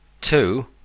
two